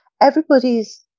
everybody's